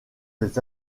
des